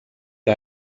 que